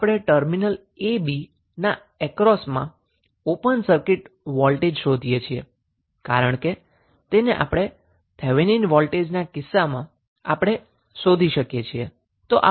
તો આપણે terminal a b ના અક્રોસમાં ઓપન સર્કીટ વોલ્ટેજ શોધીએ છીએ કારણ કે થેવેનીન વોલ્ટેજના કિસ્સામાં આપણે શુ શોધીએ છીએ